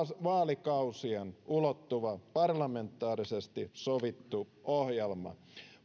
vaalikausien ulottuva parlamentaarisesti sovittu ohjelma